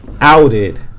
outed